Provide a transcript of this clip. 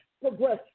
progress